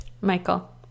Michael